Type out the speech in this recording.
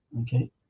Okay